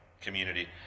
community